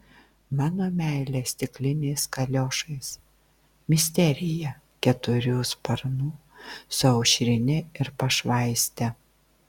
mano meilė stikliniais kaliošais misterija keturių sparnų su aušrine ir pašvaiste